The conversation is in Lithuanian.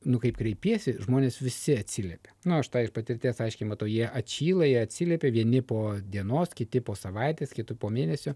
nu kaip kreipiesi žmonės visi atsiliepia nu aš tą iš patirties aiškiai matau jie atšyla jie atsiliepia vieni po dienos kiti po savaitės kiti po mėnesio